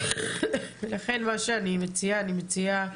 לכן אני מציעה